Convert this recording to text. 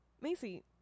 Macy